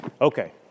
Okay